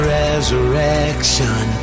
resurrection